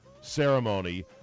ceremony